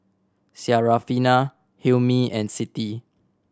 Syarafina Hilmi and Siti